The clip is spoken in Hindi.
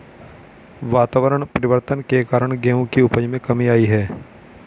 वातावरण परिवर्तन के कारण गेहूं की उपज में कमी आई है